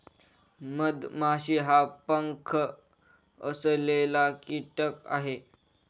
मधमाशी हा पंख असलेला कीटक आहे